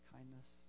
Kindness